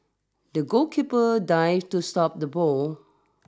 the goalkeeper dived to stop the ball